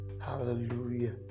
hallelujah